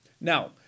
Now